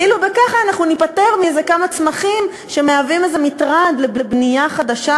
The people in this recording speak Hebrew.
כאילו בכך אנחנו ניפטר מכמה צמחים שמהווים איזה מטרד לבנייה חדשה,